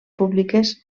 públiques